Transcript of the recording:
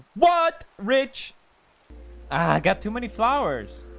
what rich i got too many flowers